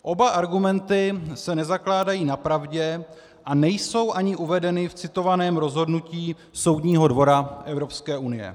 Oba argumenty se nezakládají na pravdě a nejsou ani uvedeny v citovaném rozhodnutí Soudního dvora Evropské unie.